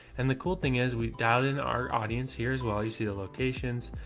and the cool thing is we doubt in our audience here as well. you see the locations,